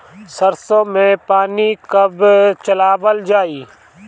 सरसो में पानी कब चलावल जाई?